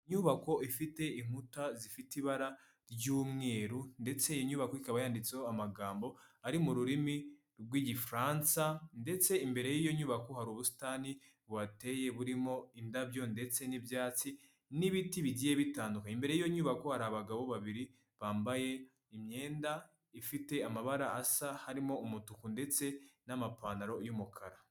Inyubako ifite inkuta zifite ibara ry'umweru ndetse inyubako ikaba yanditseho amagambo ari mu rurimi rw'igifaransa ndetse imbere y'iyo nyubako hari ubusitani buhateye burimo indabyo ndetse n'ibyatsi n'ibiti bigiye bitandukanye imbere y'iyo nyubako hari abagabo babiri bambaye imyenda ifite amabara asa harimo umutuku ndetse n'amapantaro y'umukara.